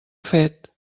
fet